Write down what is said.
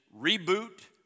Reboot